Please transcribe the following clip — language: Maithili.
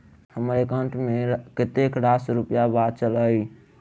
हम्मर एकाउंट मे कतेक रास रुपया बाचल अई?